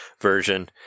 version